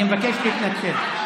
אני מבקש להתנצל.